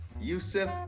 Yusuf